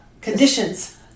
Conditions